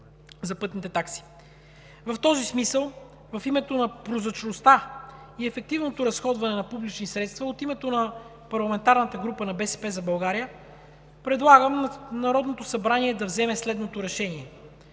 В този смисъл в името на прозрачността и ефективното разходване на публични средства от името на парламентарната група на „БСП за България“ предлагам на Народното събрание да вземе следното: